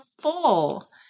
full